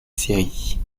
série